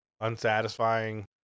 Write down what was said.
unsatisfying